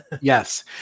Yes